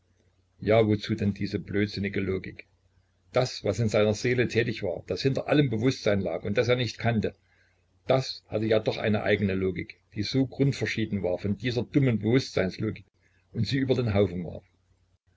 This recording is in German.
ja wozu denn diese blödsinnige logik das was in seiner seele tätig war das hinter allem bewußtsein lag und das er nicht kannte das hatte ja doch eine eigene logik die so grundverschieden war von dieser dummen bewußtseinslogik und sie über den haufen warf